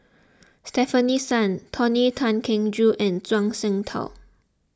Stefanie Sun Tony Tan Keng Joo and Zhuang Shengtao